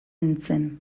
nintzen